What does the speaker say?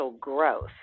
growth